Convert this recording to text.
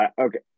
okay